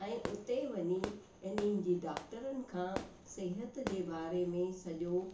ऐं उते वञी हिननि जी डॉक्टरनि खां सिहत जे बारे में सॼो